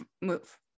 move